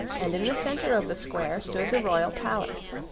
and in the center of the square stood the royal palace.